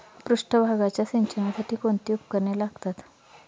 पृष्ठभागाच्या सिंचनासाठी कोणती उपकरणे लागतात?